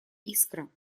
искра